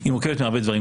היא מורכבת מהרבה דברים,